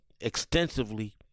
extensively